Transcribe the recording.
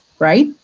Right